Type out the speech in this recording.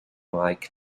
like